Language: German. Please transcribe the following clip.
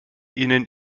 ihnen